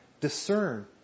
discern